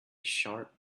sharp